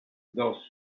dos